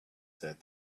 said